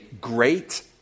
great